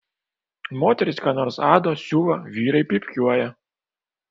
moterys ką nors ado siuva vyrai pypkiuoja